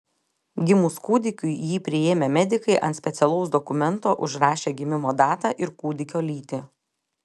gimus kūdikiui jį priėmę medikai ant specialaus dokumento užrašė gimimo datą ir kūdikio lytį